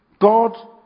God